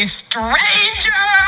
stranger